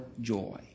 joy